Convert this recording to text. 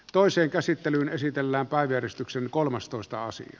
toiseen käsittelyyn esitellään kaderistyksen kolmastoista asti